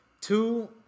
Two